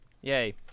Yay